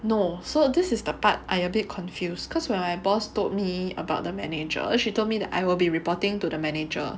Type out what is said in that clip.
no so this is the part I a bit confused cause when my boss told me about the manager she told me that I will be reporting to the manager